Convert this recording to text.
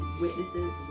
witnesses